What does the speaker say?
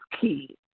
key